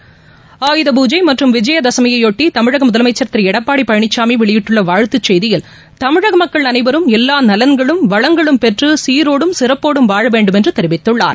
தசமியையாட்டி ஆயுத பூஜை மற்றம் விஜய தமிழக முதலமைச்சர் திரு எடப்பாடி பழனிசாமி வெளியிட்டுள்ள வாழ்த்து செய்தியில் தமிழக மக்கள் அனைவரும் எல்லா நலன்களும் வளங்களும் பெற்று சீரோடும் சிறப்போடும் வாழ வேண்டும் என்று தெரிவித்துள்ளார்